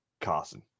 Carson